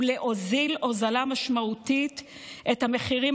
ולהוזיל הוזלה משמעותית את המחירים